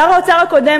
שר האוצר הקודם,